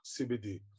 cbd